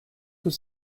was